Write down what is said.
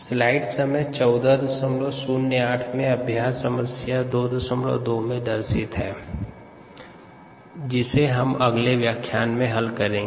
slide समय 1408 में अभ्यास समस्या 22 दर्शित है जिसे हम अगले व्याख्यान हल करेंगें